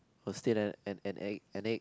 was still an an an egg an egg